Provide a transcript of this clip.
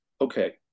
okay